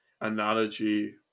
analogy